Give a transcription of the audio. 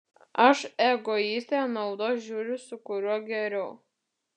aš egoistė naudos žiūriu su kuriuo geriau